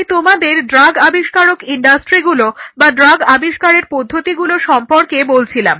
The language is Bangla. আমি তোমাদের ড্রাগ আবিষ্কারক ইন্ডাস্ট্রিগুলো বা ড্রাগ আবিষ্কারের পদ্ধতিগুলো সম্পর্কে বলছিলাম